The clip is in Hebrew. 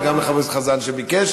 וגם לחבר הכנסת חזן שביקש,